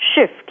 shift